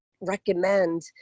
recommend